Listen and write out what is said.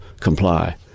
comply